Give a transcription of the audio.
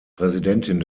präsidentin